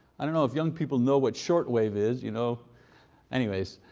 i don't know if young people know what shortwave is. you know anyways,